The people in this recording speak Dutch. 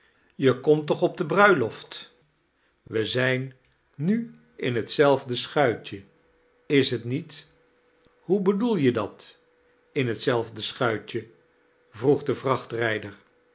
je komt tooh op de bruiloft we zijn kekstvertellingen nu in hetzelfde schuitje is t niet hoe bedoel je dat la hetzelfde schuitje vroeg de